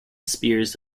spears